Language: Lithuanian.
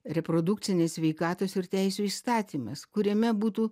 reprodukcinės sveikatos ir teisių įstatymas kuriame būtų